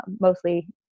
mostly